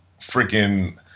freaking